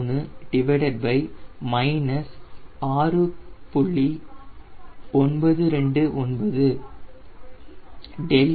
929 e trim 0